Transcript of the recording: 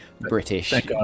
British